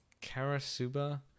Karasuba